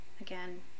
again